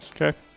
Okay